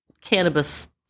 cannabis